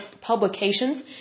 publications